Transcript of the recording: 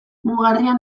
mugarrian